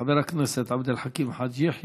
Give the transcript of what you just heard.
חבר הכנסת עבד אל חכים חאג' יחיא,